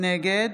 נגד